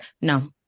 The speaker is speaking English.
No